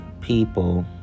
people